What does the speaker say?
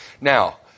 Now